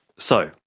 so,